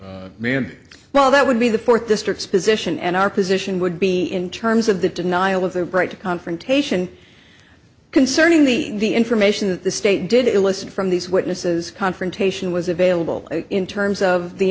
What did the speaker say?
man well that would be the fourth district's position and our position would be in terms of the denial of their break to confrontation concerning the the information that the state did elicit from these witnesses confrontation was available in terms of the